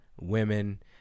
women